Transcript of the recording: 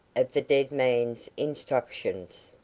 of the dead man's instructions.